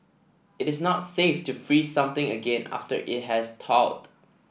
it is not safe to freeze something again after it has thawed